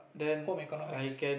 home economics